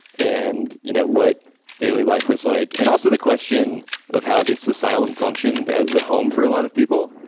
and you know what daily life was like. and also the question of how this asylum functioned as a home for a lot of people,